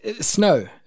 Snow